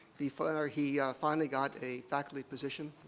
before he finally got a faculty position,